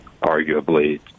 arguably